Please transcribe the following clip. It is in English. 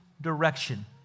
direction